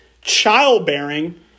childbearing